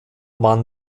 waren